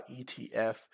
ETF